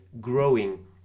growing